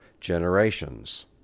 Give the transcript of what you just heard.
generations